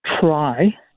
try